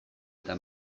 eta